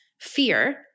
fear